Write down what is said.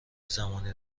زمانی